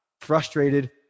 frustrated